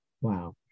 Wow